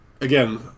again